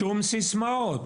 שום סיסמאות,